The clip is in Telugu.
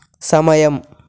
సమయం